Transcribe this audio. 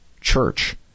church